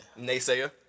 naysayer